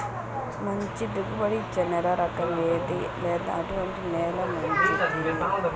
మంచి దిగుబడి ఇచ్చే నేల రకం ఏది లేదా ఎటువంటి నేల మంచిది?